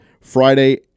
Friday